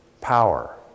Power